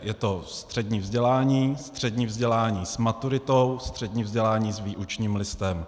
Je to střední vzdělání, střední vzdělání s maturitou, střední vzdělání s výučním listem.